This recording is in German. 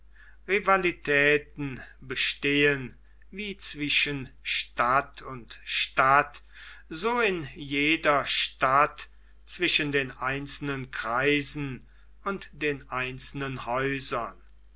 rivalitäten bestehen wie zwischen stadt und stadt so in jeder stadt zwischen den einzelnen kreisen und den einzelnen häusern